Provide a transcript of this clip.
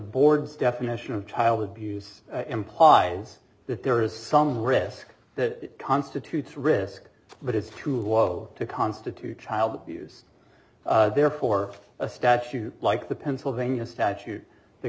board's definition of child abuse implies that there is some risk that constitutes risk that is too low to constitute child abuse therefore a statute like the pennsylvania statute th